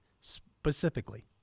specifically